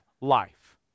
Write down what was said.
life